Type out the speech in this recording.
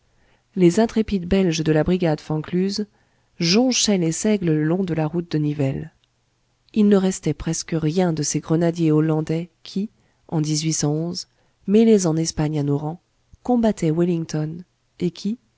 les intrépides belges de la brigade van kluze jonchaient les seigles le long de la route de nivelles il ne restait presque rien de ces grenadiers hollandais qui en mêlés en espagne à nos rangs combattaient wellington et qui